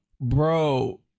bro